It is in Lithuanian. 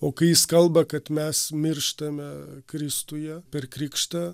o kai jis kalba kad mes mirštame kristuje per krikštą